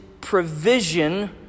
provision